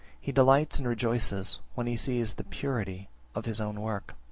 he delights and rejoices, when he sees the purity of his own work.